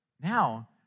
now